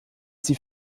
sie